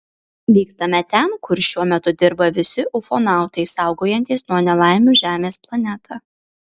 vykstame ten kur šiuo metu dirba visi ufonautai saugojantys nuo nelaimių žemės planetą